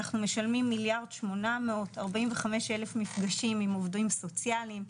אנחנו משלמים 1,000,845,000 מפגשים עם עובדים סוציאליים,